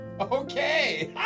Okay